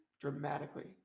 dramatically